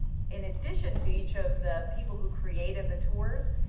in addition to each of the people who created the tours,